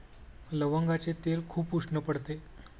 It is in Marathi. लवंगाचे तेल खूप उष्ण पडते